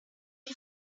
you